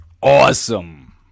Awesome